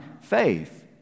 faith